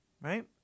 right